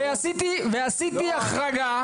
ועשיתי החרגה,